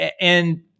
And-